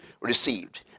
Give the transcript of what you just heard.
received